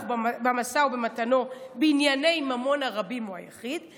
במשאו ובמתנו בענייני ממון הרבים או היחיד,